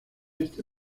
este